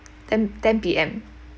ten ten P_M